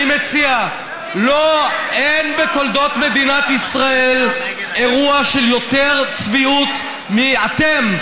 אני מציע אין בתולדות מדינת ישראל אירוע של יותר צביעות מאתם,